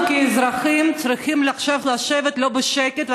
אנחנו כאזרחים צריכים עכשיו לא לשבת בשקט,